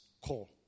call